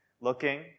looking